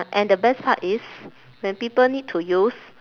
and the best part is when people need to use